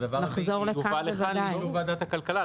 הדבר הזה יובא לאישור ועדת הכלכלה.